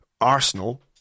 Arsenal